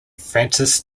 francis